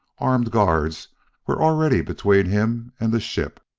armed guards were already between him and the ship.